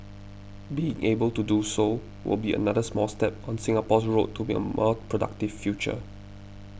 being able to do so will be another small step on Singapore's road to a more productive future